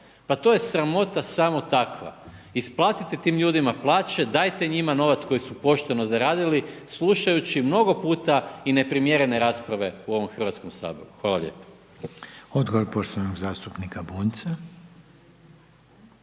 pa to je sramota samo takva. Isplatite tim ljudima plaće, dajte njima novac koji su pošteno zaradili, slušajući mnogo puta i neprimjerene rasprave u ovom Hrvatskom saboru. Hvala lijepo. **Reiner, Željko (HDZ)** Odgovor poštovanog zastupnika Bunjca.